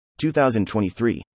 2023